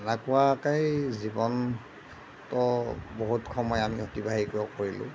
এনেকুৱাকৈয়েই জীৱনটো বহুত সময় আমি অতিবাহিত কৰিলোঁ